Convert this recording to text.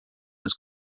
his